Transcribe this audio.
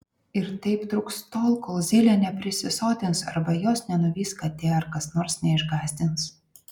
ir taip truks tol kol zylė neprisisotins arba jos nenuvys katė ar kas nors neišgąsdins